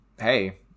hey